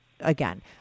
again